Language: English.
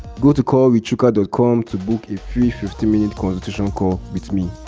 go to callwithchuka dot com to book a free fifteen minute consultation call with me.